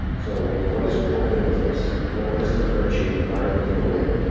so you know what is core to the business? what what is differentiating? why are we going to win?